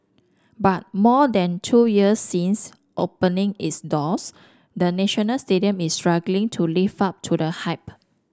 but more than two years since opening its doors the National Stadium is struggling to live up to the hype